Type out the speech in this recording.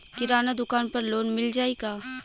किराना दुकान पर लोन मिल जाई का?